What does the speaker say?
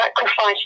sacrifice